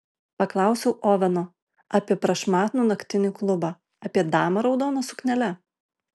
paklausiau oveno apie prašmatnų naktinį klubą apie damą raudona suknele